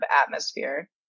atmosphere